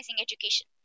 education